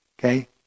Okay